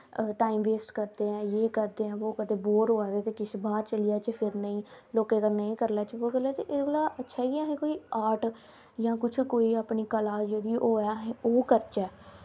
time बोस्ट करदे हैं बो करते हैं बोर होआ दे ते किश बाह्र चली जाह्चै फिरने ई लोकें कन्नै एह् करी लैचै बो करी लैच्चै एह्दे कोला अच्छा एह् ऐ कि असैं कोई आर्ट जां कुछ कोई अपनी कला जेह्ड़ी होऐ अस ओह् करचै